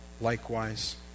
likewise